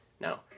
no